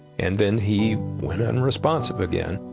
and then he went unresponsive again.